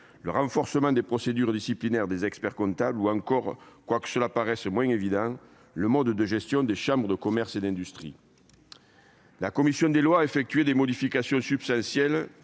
le renforcement des procédures disciplinaires applicables aux experts-comptables ou encore, quoique le lien paraisse moins évident, le mode de gestion des chambres de commerce et d'industrie. La commission des lois a effectué des modifications substantielles,